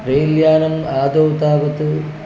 rail यानम् आदौ तावत्